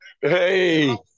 Hey